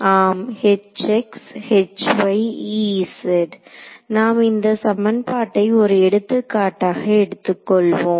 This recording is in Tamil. ஆம் நாம் இந்த சமன்பாட்டை ஒரு எடுத்துக்காட்டாக எடுத்துக் கொள்வோம்